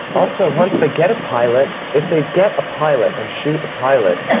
also, once they get a pilot, if they get a pilot and shoot a pilot,